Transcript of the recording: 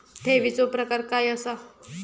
ठेवीचो प्रकार काय असा?